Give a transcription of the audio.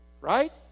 Right